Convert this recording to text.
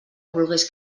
volgués